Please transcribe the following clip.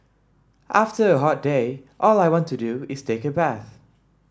after a hot day all I want to do is take a bath